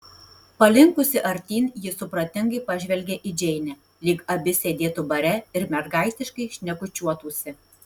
palinkusi artyn ji supratingai pažvelgė į džeinę lyg abi sėdėtų bare ir mergaitiškai šnekučiuotųsi